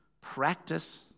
Practice